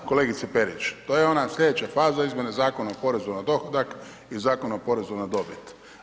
Da, kolegice Perić, to je ona sljedeća faza izmjene Zakona o porezu na dohodak i Zakona o porezu na dobit.